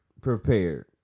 prepared